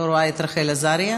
אני לא רואה את רחל עזריה.